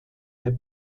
der